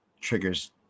Triggers